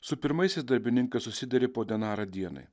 su pirmaisiais darbininkas susideri po denarą dienai